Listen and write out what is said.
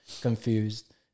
confused